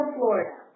Florida